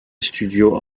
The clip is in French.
studios